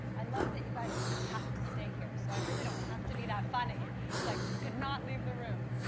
i love that you guys have to stay here. so i really don't have to be that funny. it's like you cannot leave the room